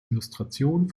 illustration